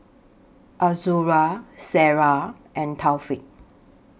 Azura Sarah and Taufik